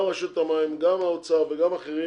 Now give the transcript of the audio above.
רשות המים, האוצר וגם אחרים